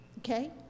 Okay